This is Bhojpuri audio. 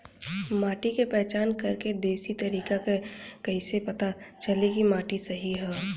माटी क पहचान करके देशी तरीका का ह कईसे पता चली कि माटी सही ह?